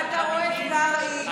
ואתה רואה את קרעי,